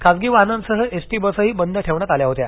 खाजगी वाहनांसह S T बसही बंद ठेवण्यात आल्या होत्या